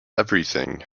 everything